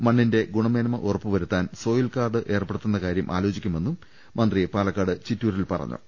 മണ്ണിന്റെ ഗുണ മേന്മ ഉറപ്പുവരുത്താൻ സോയിൽ കാർഡ് ഏർപ്പെടുത്തുന്ന കാര്യം ആലോചിക്കുമെന്നും മന്ത്രി പാലക്കാട് ചിറ്റൂരിൽ പറഞ്ഞു